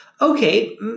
Okay